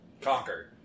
Conquer